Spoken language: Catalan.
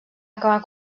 acabar